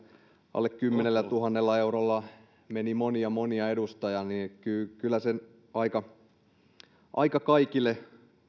alle kymmenellätuhannella eurolla meni läpi monia monia edustajia niin kyllä se aika kaikille